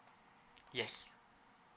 yes